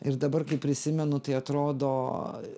ir dabar kai prisimenu tai atrodo